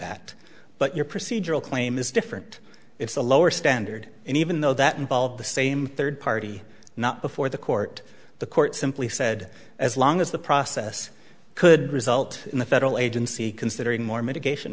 that but your procedural claim is different it's a lower standard and even though that involved the same third party not before the court the court simply said as long as the process could result in the federal agency considering more mitigation